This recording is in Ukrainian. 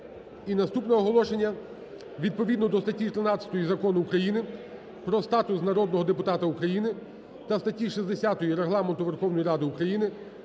наступне оголошення. Відповідно до статті 13 Закону України "Про статус народного депутата України" та статті 60 Регламенту Верховної Ради України